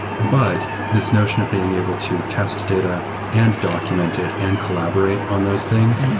but this notion of being able to test data and document it and collaborate on those things,